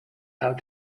how